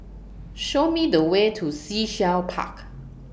Show Me The Way to Sea Shell Park